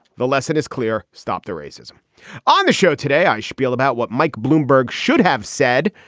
the lesson is clear. stop the racism on the show. today, i shpiel about what mike bloomberg should have said.